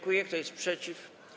Kto jest przeciw?